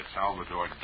Salvador